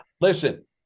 Listen